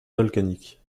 volcanique